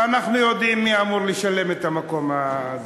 ואנחנו יודעים מי אמור לשלם את המקום הזה.